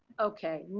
okay,